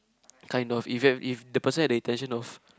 kind of even if the person had the intention of